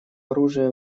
оружия